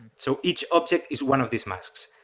so each object is one of these masks.